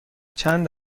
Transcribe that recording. چند